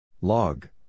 Log